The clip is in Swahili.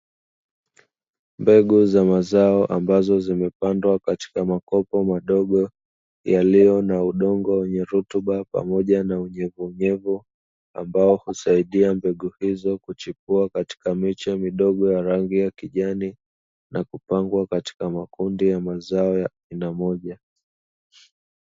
Mbegu za mazao ambazo zimepandwa katika makopo madogo yaliyo na udongo wenye rutuba, pamoja na unyevunyevu ambao husaidia mbegu hizo kuchipua katika miche midogo ya rangi ya kijani, na kupangwa katika makundi ya mazao ya aina moja.